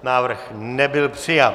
Návrh nebyl přijat.